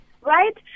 right